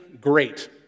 great